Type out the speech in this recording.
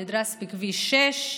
נדרס בכביש 6,